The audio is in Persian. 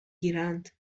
گیرند